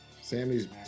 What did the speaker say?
Sammy's